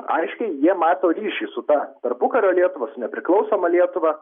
aiškiai jie mato ryšį su ta tarpukario lietuva su nepriklausoma lietuva